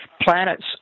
planets